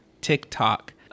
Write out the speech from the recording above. TikTok